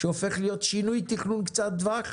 שהופך להיות שינוי תכנון קצר טווח,